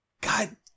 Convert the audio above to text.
God